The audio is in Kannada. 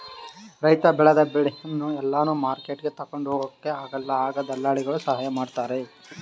ರೈತ ಬೆಳೆದ ಬೆಳೆನ ಎಲ್ಲಾನು ಮಾರ್ಕೆಟ್ಗೆ ತಗೊಂಡ್ ಹೋಗೊಕ ಆಗಲ್ಲ ಆಗ ದಳ್ಳಾಲಿಗಳ ಸಹಾಯ ಮಾಡ್ತಾರೆ